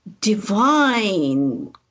divine